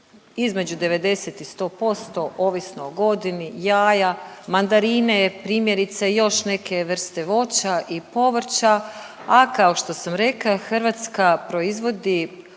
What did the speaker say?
između 90 i 100% ovisno o godini, jaja, mandarine primjerice i još neke vrste voća i povrća. A kao što sam rekla Hrvatska proizvodi